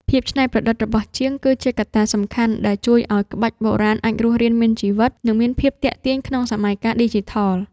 ភាពច្នៃប្រឌិតរបស់ជាង គឺជាកត្តាសំខាន់ដែលជួយឱ្យក្បាច់បុរាណអាចរស់រានមានជីវិត និងមានភាពទាក់ទាញក្នុងសម័យកាលឌីជីថល។